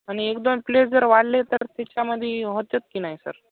आणि एक दोन प्लेट जर वाढले तर त्याच्यामध्ये होते की नाही सर